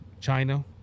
China